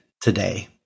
today